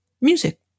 music